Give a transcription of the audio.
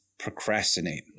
procrastinate